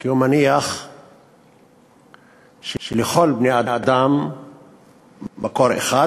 כי הוא מניח שלכל בני-האדם מקור אחד,